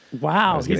wow